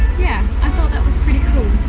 yeah, i thought that was pretty cool